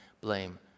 blame